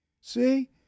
See